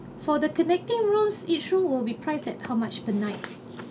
for the connecting rooms each room will be priced at how much per night